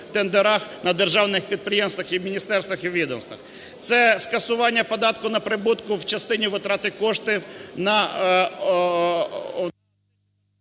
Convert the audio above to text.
на державних підприємствах і в міністерствах, і у відомствах. Це скасування податку на прибуток в частині витрати коштів на…